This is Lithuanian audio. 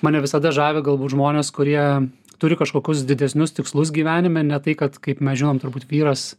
mane visada žavi galbūt žmonės kurie turi kažkokius didesnius tikslus gyvenime ne tai kad kaip mes žinom turbūt vyras